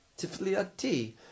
Tifliati